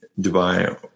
Dubai